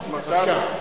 בבקשה.